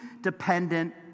dependent